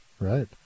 Right